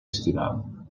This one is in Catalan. estival